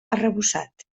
arrebossat